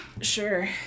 Sure